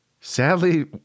Sadly